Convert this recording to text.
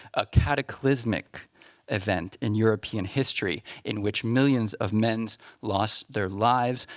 a cataclysmic event in european history in which millions of men lost their lives,